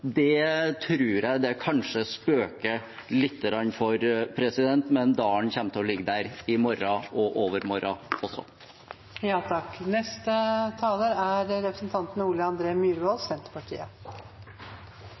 Det tror jeg det kanskje spøker lite grann for, men dalen kommer til å ligge der i morgen og i overmorgen også. Som representanten Haltbrekken sa, er